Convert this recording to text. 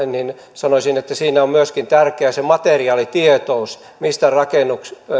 sanoisin että siinä on on myöskin tärkeää se materiaalitietous mistä